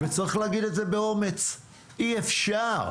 צריך להגיד את זה באומץ: אי-אפשר.